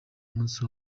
munsi